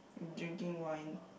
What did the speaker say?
drinking wine